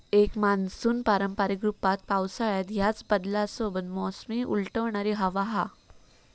एक मान्सून पारंपारिक रूपात पावसाळ्यात ह्याच बदलांसोबत मोसमी उलटवणारी हवा हा